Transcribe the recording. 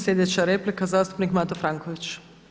Sljedeća replika zastupnik Mato Franković.